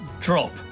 drop